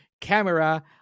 camera